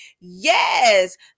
Yes